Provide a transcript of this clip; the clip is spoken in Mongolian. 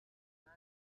минь